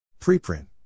Preprint